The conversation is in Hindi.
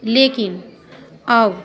लेकिन अब